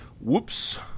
Whoops